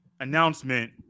announcement